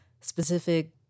specific